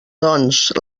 doncs